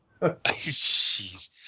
Jeez